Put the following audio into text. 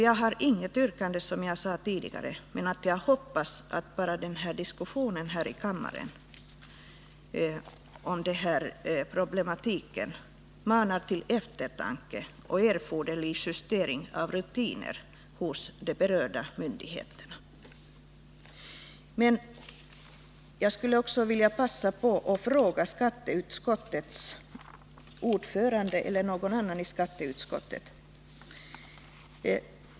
Jag har inget yrkande, som jag sade tidigare, men jag hoppas att bara den här diskussionen här i kammaren om problematiken manar till eftertanke och erforderlig justering av rutiner hos de berörda myndigheterna. Jag skulle också vilja passa på att ställa en fråga till skatteutskottets ordförande eller någon annan i skatteutskottet.